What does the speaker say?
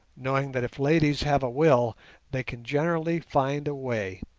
knowing that if ladies have a will they can generally find a way